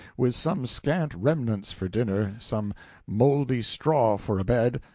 with some scant remnants for dinner, some moldy straw for a bed,